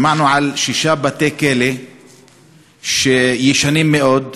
שמענו על שישה בתי-כלא ישנים מאוד,